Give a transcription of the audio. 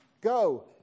Go